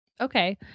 Okay